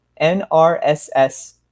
NRSS